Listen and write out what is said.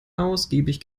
ausgiebig